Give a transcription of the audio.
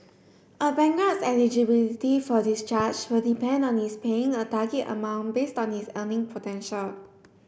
a bankrupt's eligibility for discharge will depend on his paying a target amount based on his earning potential